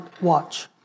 watch